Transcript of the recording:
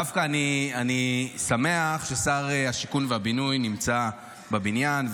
אני שמח ששר הבינוי והשיכון נמצא בבניין,